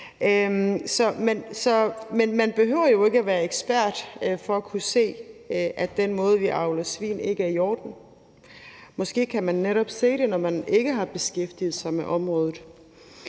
Men man behøver jo ikke at være ekspert for at kunne se, at den måde, vi avler svin på, ikke er i orden. Måske kan man netop se det, når man ikke har beskæftiget sig med området.